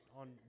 on